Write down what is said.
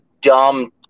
dumb